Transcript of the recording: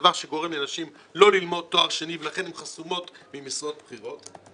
דבר שגורם לנשים לא ללמוד תואר שני ולכן הן חסומות ממשרות בכירות,